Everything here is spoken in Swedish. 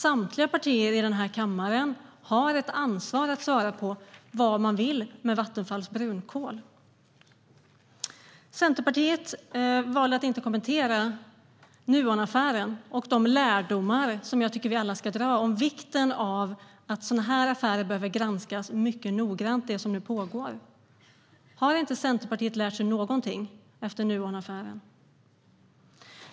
Samtliga partier i kammaren har ett ansvar för vad man vill med Vattenfalls brunkol. Centerpartiet valde att inte kommentera Nuonaffären och de lärdomar som jag tycker att vi alla ska dra om vikten av att sådana här affärer behöver granskas mycket noggrant, det som nu pågår. Har inte Centerpartiet lärt sig någonting efter Nuonaffären?